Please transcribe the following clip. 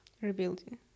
rebuilding